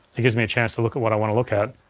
it gives me a chance to look at what i want to look at.